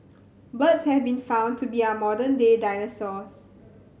birds have been found to be our modern day dinosaurs